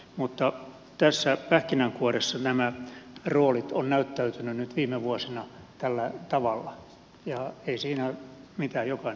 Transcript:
mutta tässä pähkinänkuoressa nämä roolit ovat näyttäytyneet nyt viime vuosina tällä tavalla ja ei siinä mitään jokainen taaplaa tyylillään